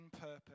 purpose